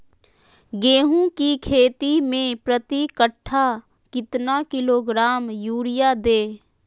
गेंहू की खेती में प्रति कट्ठा कितना किलोग्राम युरिया दे?